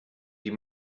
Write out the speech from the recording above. die